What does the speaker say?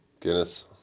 guinness